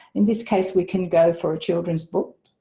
in this case we can go for a children's book